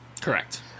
Correct